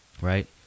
right